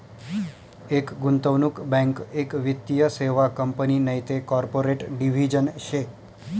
एक गुंतवणूक बँक एक वित्तीय सेवा कंपनी नैते कॉर्पोरेट डिव्हिजन शे